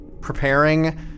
preparing